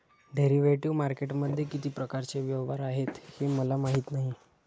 derivative मार्केटमध्ये किती प्रकारचे व्यवहार आहेत हे मला माहीत नाही